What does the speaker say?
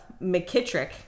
McKittrick